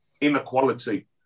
inequality